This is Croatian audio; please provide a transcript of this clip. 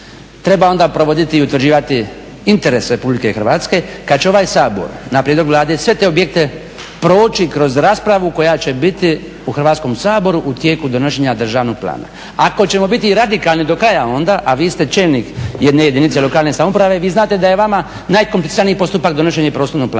treba onda provoditi i utvrđivati interes Republike Hrvatske kad će ovaj Sabor na prijedlog Vlade sve te objekte proći kroz raspravu koja će biti u Hrvatskom saboru u tijeku donošenja državnog plana. Ako ćemo biti radikalni do kraja onda, a vi ste čelnik jedne jedinice lokalne samouprave, vi znate da je vama najkompliciraniji postupak donošenje prostornog plana,